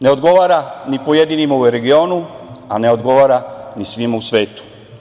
Ne odgovara ni pojedinima u regionu, a ne odgovara ni svima u svetu.